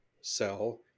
sell